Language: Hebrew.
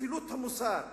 כפילות המוסר,